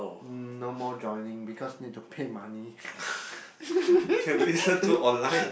mm no more joining because need to pay money